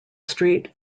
street